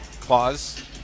clause